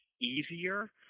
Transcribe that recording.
easier